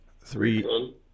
Three